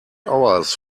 hours